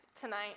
Tonight